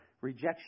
rejection